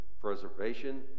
preservation